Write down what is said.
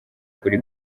kuri